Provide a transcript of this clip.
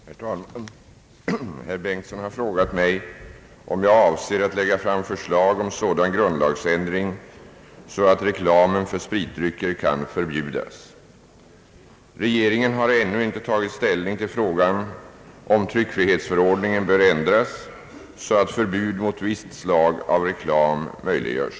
Herr talman! Herr Bengtson har frågat mig om jag avser att lägga fram förslag om sådan grundlagsändring så att reklamen för spritdrycker kan förbjudas. Regeringen har ännu inte tagit ställning till frågan om tryckfrihetsförordningen bör ändras så att förbud mot visst slag av reklam möjliggörs.